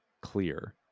clear